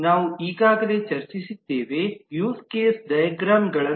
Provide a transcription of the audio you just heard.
ನಾವು ಈಗಾಗಲೇ ಚರ್ಚಿಸಿದ್ದೇವೆ ಯೂಸ್ ಕೇಸ್ ಡೈಗ್ರಾಮ್ಗಳನ್ನು